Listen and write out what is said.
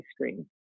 screen